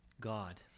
God